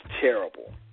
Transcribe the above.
terrible